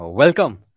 Welcome